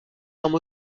armes